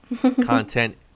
content